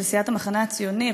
של סיעת המחנה הציוני,